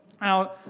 Now